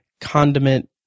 condiment